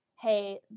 hey